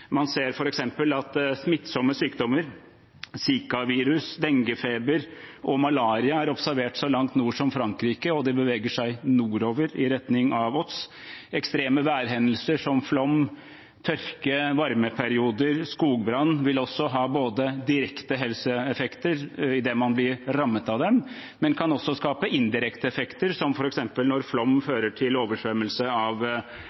Man ser f.eks. at smittsomme sykdommer som zikavirus, denguefeber og malaria er observert så langt nord som i Frankrike, og de beveger seg nordover i retning av oss. Ekstreme værhendelser, som flom, tørke, varmeperioder og skogbrann, både vil ha direkte helseeffekter idet man blir rammet av dem, og kan skape indirekte effekter, som f.eks. når flom fører til oversvømmelse av